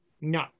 No